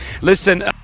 Listen